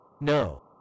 No